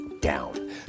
down